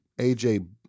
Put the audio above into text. AJ